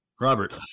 Robert